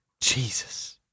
Jesus